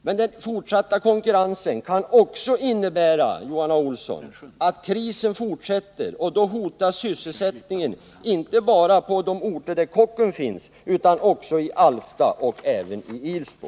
Men den fortsatta konkurrensen kan också innebära, Johan A. Olsson, att krisen fortsätter, och då hotas sysselsättningen inte bara på de orter där Kockums finns utan även i Alfta och Ilsbo.